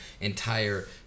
entire